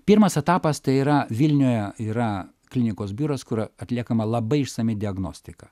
pirmas etapas tai yra vilniuje yra klinikos biuras kur atliekama labai išsami diagnostika